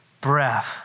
breath